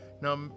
Now